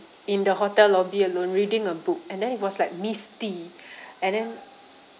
in the hotel lobby alone reading a book and then it was like misty and then